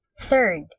Third